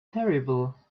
terrible